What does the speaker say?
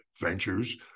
ventures